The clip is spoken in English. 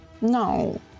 No